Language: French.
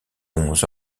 onze